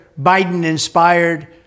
Biden-inspired